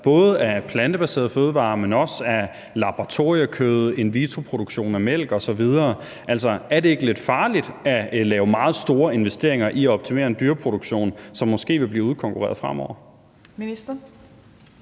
både af plantebaserede fødevarer, men også af laboratoriekød, in vitro-produktion af mælk osv.? Altså, er det ikke lidt farligt at lave meget store investeringer i at optimere en dyreproduktion, som måske vil blive udkonkurreret fremover?